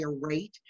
rate